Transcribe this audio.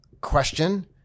question